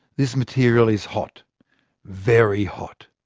this material is hot very hot.